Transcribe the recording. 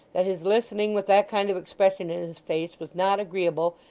that his listening with that kind of expression in his face was not agreeable,